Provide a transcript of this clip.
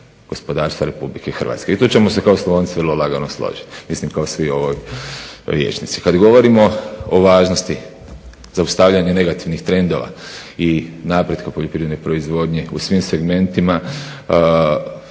gospodarstva RH. I tu ćemo se kao Slavonci vrlo lagano složiti. Mislim kao svi u ovoj vijećnici. Kad govorimo o važnosti zaustavljanja negativnih trendova i napretka poljoprivredne proizvodnje u svim segmentima